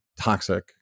toxic